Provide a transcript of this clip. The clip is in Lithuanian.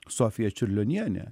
sofija čiurlionienė